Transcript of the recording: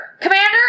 Commander